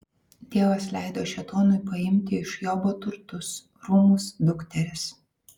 dievas leido šėtonui paimti iš jobo turtus rūmus dukteris